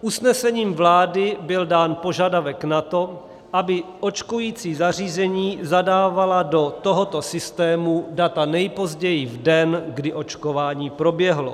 Usnesením vlády byl dán požadavek na to, aby očkující zařízení zadávala do tohoto systému data nejpozději v den, kdy očkování proběhlo.